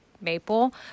maple